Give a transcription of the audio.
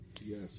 Yes